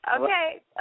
okay